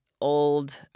old